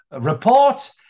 report